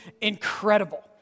incredible